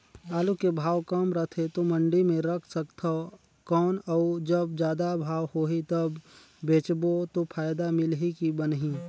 आलू के भाव कम रथे तो मंडी मे रख सकथव कौन अउ जब जादा भाव होही तब बेचबो तो फायदा मिलही की बनही?